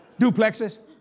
Duplexes